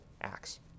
Acts